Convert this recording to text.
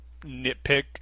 nitpick